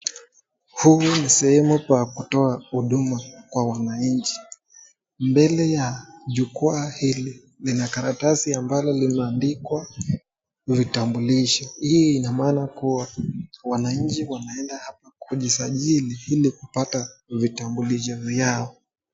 Hii ni sehemu pa kutoa huduma kwa wananchi mbele ya jukwaa hili lina karatasi ambalo limeandikwa vitambulisho. Hii ina maana kuwa wananchi wameenda hapa kujisajili ili kupata vitambulisho vyao.